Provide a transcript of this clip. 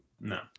No